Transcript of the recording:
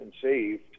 conceived